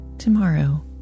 tomorrow